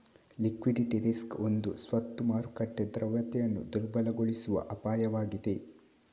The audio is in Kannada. ಲಿಕ್ವಿಡಿಟಿ ರಿಸ್ಕ್ ಒಂದು ಸ್ವತ್ತು ಮಾರುಕಟ್ಟೆ ದ್ರವ್ಯತೆಯನ್ನು ದುರ್ಬಲಗೊಳಿಸುವ ಅಪಾಯವಾಗಿದೆ